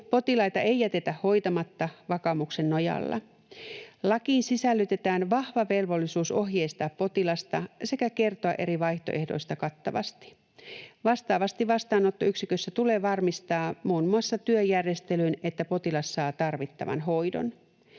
Potilaita ei jätetä hoitamatta vakaumuksen nojalla. Lakiin sisällytetään vahva velvollisuus ohjeistaa potilasta sekä kertoa eri vaihtoehdoista kattavasti. Vastaavasti vastaanottoyksikössä tulee varmistaa muun muassa työjärjestelyin, että potilas saa tarvittavan hoidon.